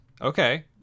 Okay